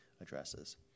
addresses